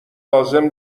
لازم